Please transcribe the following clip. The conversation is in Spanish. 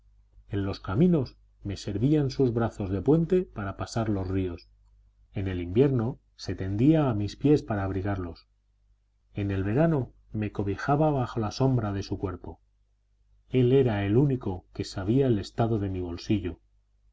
en los caminos me servían sus brazos de puente para pasar los ríos en el invierno se tendía a mis pies para abrigarlos en el verano me cobijaba bajo la sombra de su cuerpo él era el único que sabía el estado de mi bolsillo